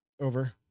over